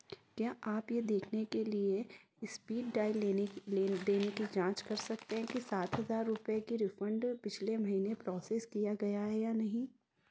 क्या आप यह देखने के लिए स्पीड डाइल लेने की लेन देन की जाँच कर सकते हैं कि सात हज़ार रुपये की रिफ़ंड पिछले महीने प्रोसेस किया गया है या नहीं